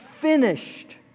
finished